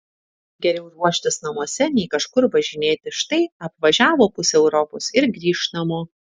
geriau ruoštis namuose nei kažkur važinėti štai apvažiavo pusę europos ir grįš namo